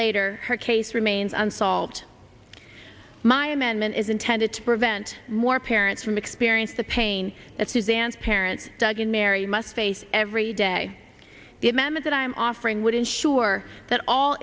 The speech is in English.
later her case remains unsolved my amendment is intended to prevent more parents from experience the pain that suzanne's parent doug and mary must face every day the members that i'm offering would ensure that all